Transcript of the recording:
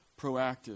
proactive